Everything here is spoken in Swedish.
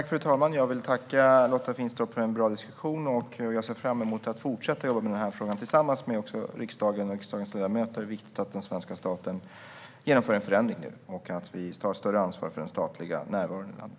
Fru talman! Jag vill tacka Lotta Finstorp för en bra diskussion. Jag ser fram emot att fortsätta jobba med den här frågan tillsammans med riksdagen och dess ledamöter. Det är viktigt att den svenska staten genomför en förändring nu och att vi tar större ansvar för den statliga närvaron i landet.